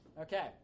okay